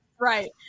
Right